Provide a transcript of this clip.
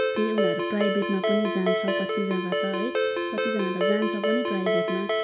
फेरि उनीहरू प्राइभेटमा पनि जान्छ कति जग्गा त है कतिजना त जान्छ पनि प्राइभेटमा